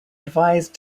advised